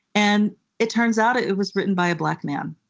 and it turns out it it was written by a black man.